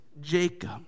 Jacob